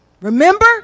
Remember